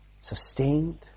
sustained